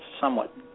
somewhat